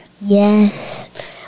Yes